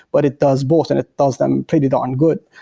but it does both and it does them pretty darn good.